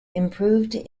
improved